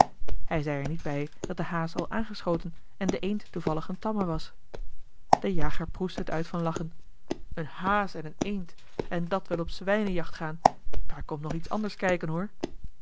hij zei er niet bij dat de haas al aangeschoten en de eend toevallig eene tamme was de jager proestte het uit van lachen eene haas en eene eend en dat wil op de zwijnenjacht gaan daar komt nog iets anders kijken hoor